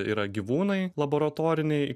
yra gyvūnai laboratoriniai